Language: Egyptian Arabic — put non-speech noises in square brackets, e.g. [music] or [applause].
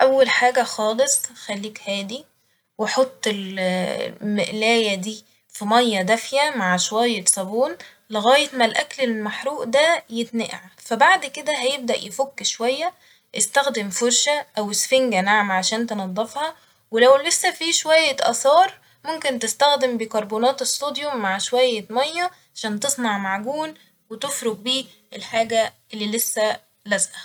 أول حاجة خالص خليك هادي ، وحط ال- [hesitation] مقلاية دي في مية دافية مع شوية صابون لغاية ما الأكل المحروق ده يتنقع ، فبعد كده هيبدأ يفك شوية ، استخدم فرشة أو اسفنجة ناعمة عشان تنضفها ولو لسه في شوية آثار ممكن تستخدم بيكربونات الصوديوم مع شوية مية عشان تصنع معجون وتفرك بيه الحاجة اللي لسه لازقة